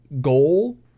goal